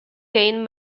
gain